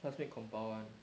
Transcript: classmate compile [one]